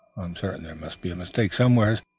i'm certain there must be a mistake somewhere,